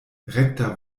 rekta